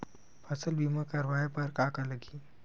फसल बीमा करवाय बर का का लगही?